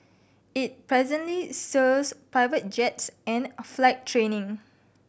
it presently serves private jets and flight training